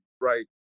right